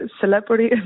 celebrity